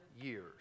years